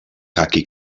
caqui